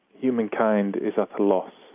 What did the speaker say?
humankind is at a loss